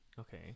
Okay